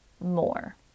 more